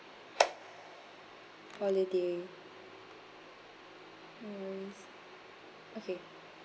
holiday no worries okay